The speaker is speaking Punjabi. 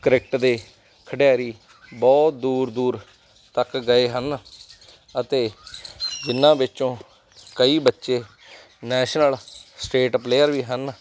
ਕ੍ਰਿਕਟ ਦੇ ਖਿਡਾਰੀ ਬਹੁਤ ਦੂਰ ਦੂਰ ਤੱਕ ਗਏ ਹਨ ਅਤੇ ਇਹਨਾਂ ਵਿੱਚੋਂ ਕਈ ਬੱਚੇ ਨੈਸ਼ਨਲ ਸਟੇਟ ਪਲੇਅਰ ਵੀ ਹਨ